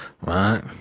right